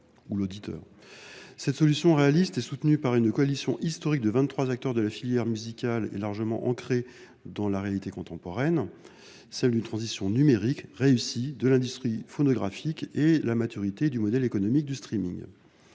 Cette solution réaliste, soutenue par une coalition historique de vingt trois acteurs de la filière musicale, est largement ancrée dans la réalité contemporaine, celle d’une transition numérique réussie de l’industrie phonographique et de la maturité du modèle économique du streaming.